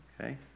Okay